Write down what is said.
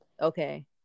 Okay